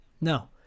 No